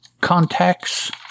contacts